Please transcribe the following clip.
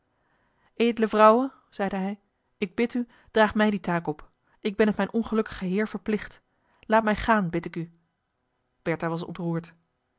edele vrouwe zeide hij ik bid u draag mij die taak op ik ben het mijn ongelukkigen heer verplicht laat mij gaan bid ik u bertha was ontroerd